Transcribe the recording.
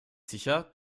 sicher